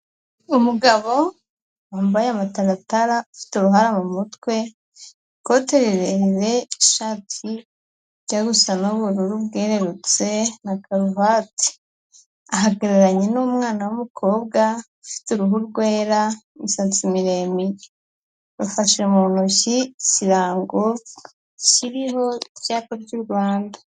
Umugabo wambaye amataratara afite uruhara mu mutwe, ikote rirerire, ishati ijya gusa n'ubururu bwererutse na karuvati, ahagararanye n'umwana w'umukobwa ufite uruhu rwera, imisatsi miremire. Bafashe mu ntoki ikirango kiriho icyapa cy'u Rwanda.